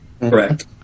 Correct